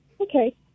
Okay